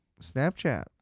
Snapchat